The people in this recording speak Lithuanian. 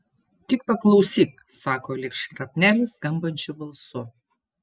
tik paklausyk sako lyg šrapnelis skambančiu balsu